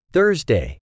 Thursday